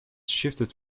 shifted